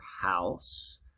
house